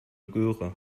göre